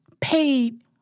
paid